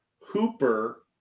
Hooper